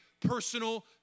personal